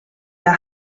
der